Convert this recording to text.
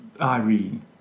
Irene